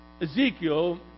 Ezekiel